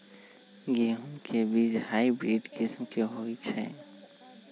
गेंहू के बीज हाइब्रिड किस्म के होई छई?